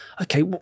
okay